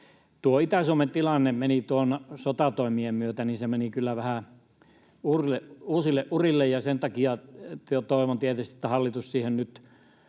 Tuo Itä-Suomen tilanne meni sotatoimien myötä kyllä vähän uusille urille, ja sen takia toivon tietysti, että hallitus siihen nyt